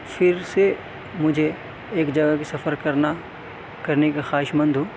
پھر سے مجھے ایک جگہ کی سفر کرنا کرنے کا خواہش مند ہوں